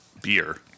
beer